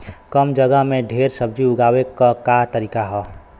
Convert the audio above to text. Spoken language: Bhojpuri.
कम जगह में ढेर सब्जी उगावे क का तरीका ह?